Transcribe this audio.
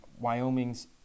Wyoming's